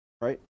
right